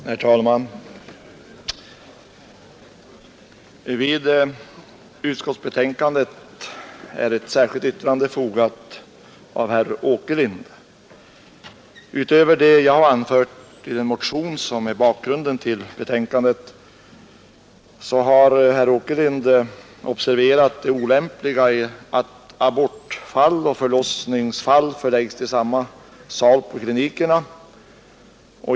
Herr talman! Vid utskottsbetänkandet är ett särskilt yttrande fogat av herr Åkerlind. Utöver det jag har sagt i den motion som är bakgrunden till betänkandet har herr Åkerlind observerat det olämpliga i att abortfall och förlossningsfall förläggs till samma sal på klinikerna.